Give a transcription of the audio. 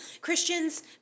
Christian's